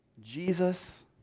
Jesus